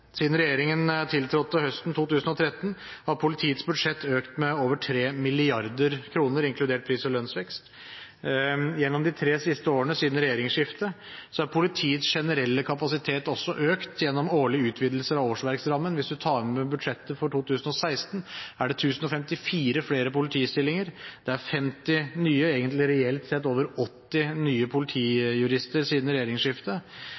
Siden regjeringen tiltrådte høsten 2013, har politiets budsjett økt med over 3 mrd. kr, inkludert pris- og lønnsvekst. Gjennom de tre siste årene, siden regjeringsskiftet, er politiets generelle kapasitet også økt gjennom årlige utvidelser av årsverksrammen. Hvis man tar med budsjettet for 2016, er det 1 054 flere politistillinger, det er 50 – egentlig reelt sett over 80 – nye politijurister siden regjeringsskiftet.